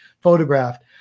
photographed